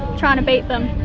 trying to beat them,